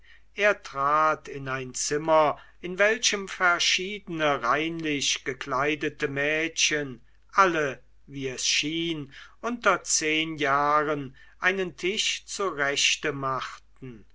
er trat in ein zimmer in welchem verschiedene reinlich gekleidete mädchen alle wie es schien unter zehn jahren einen tisch zurechte machten